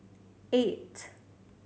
eight